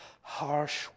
harsh